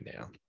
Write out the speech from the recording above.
now